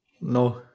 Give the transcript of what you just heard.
No